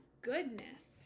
goodness